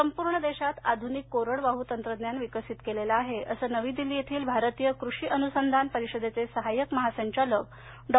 संपूर्ण देशात आधुनिक कोरडवाहू तंत्रज्ञान विकसित केलेलं आहे असं नवी दिल्ली येथील भारतीय कृषी अनुसंधान परिषदेचे सहाय्यक महासंचालक डॉ